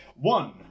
One